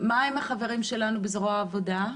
מה עם החברים שלנו בזרוע העבודה?